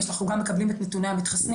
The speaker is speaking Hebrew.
אנחנו גם מקבלים את נתוני המתחסנים